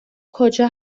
کجا